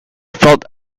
felt